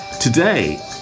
Today